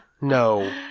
No